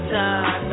time